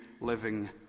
living